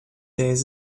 days